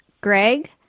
Greg